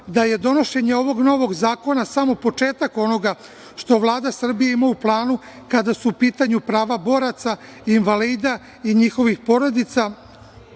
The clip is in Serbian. da je donošenje ovog novog zakona samo početak onoga što Vlada Srbija ima u planu kada su u pitanju prava boraca invalida i njihovih porodica,